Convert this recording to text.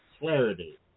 clarity